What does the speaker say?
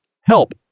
help